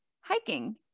hiking